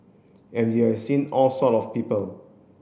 and you have seen all sort of people